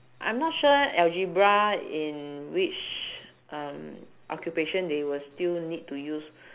I'm not sure algebra in which um occupation they will still need to use